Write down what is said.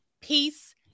Peace